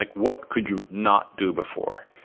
like what could you not do before,